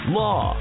law